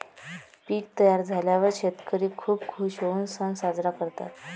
पीक तयार झाल्यावर शेतकरी खूप खूश होऊन सण साजरा करतात